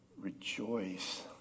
rejoice